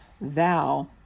thou